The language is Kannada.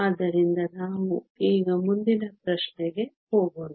ಆದ್ದರಿಂದ ನಾವು ಈಗ ಮುಂದಿನ ಪ್ರಶ್ನೆಗೆ ಹೋಗೋಣ